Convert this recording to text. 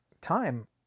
time